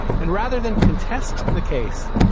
and rather than contest the case,